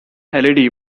led